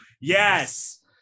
Yes